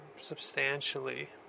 substantially